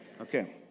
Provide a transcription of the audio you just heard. Okay